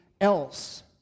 else